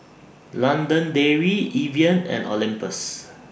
London Dairy Evian and Olympus